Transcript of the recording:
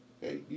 Hey